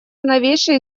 новейшей